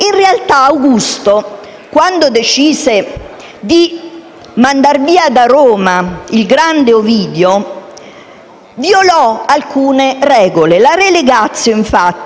In realtà Augusto, quando decise di mandar via da Roma il grande Ovidio violò alcune regole. La *relegatio*, infatti,